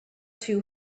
too